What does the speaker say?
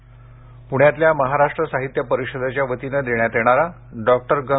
प्रर्रकार पुण्यातल्या महाराष्ट्र साहित्य परिषदेच्या वतीनं देण्यात येणारा डॉक्टर गं